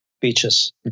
Beaches